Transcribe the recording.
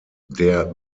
der